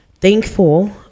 thankful